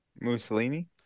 Mussolini